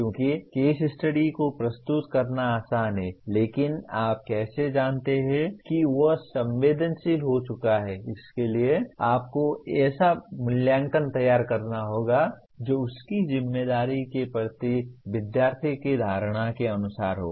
क्योंकि case study को प्रस्तुत करना आसान है लेकिन आप कैसे जानते हैं कि वह संवेदनशील हो चुका है इसलिए आपको ऐसा मूल्यांकन तैयार करना होगा जो उसकी जिम्मेदारी के प्रति विद्यार्थी की धारणा के अनुसार हो